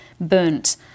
burnt